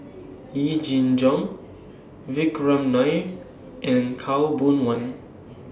Yee Jenn Jong Vikram Nair and Khaw Boon Wan